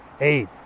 eight